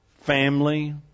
family